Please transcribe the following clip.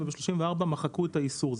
וב-34 מחקו את האיסור,